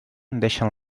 deixen